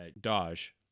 Dodge